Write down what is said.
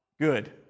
good